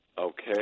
Okay